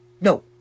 no